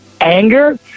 anger